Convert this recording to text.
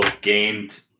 gained